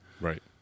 Right